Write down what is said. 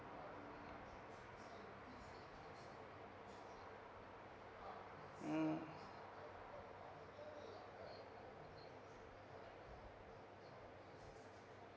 mm